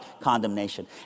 condemnation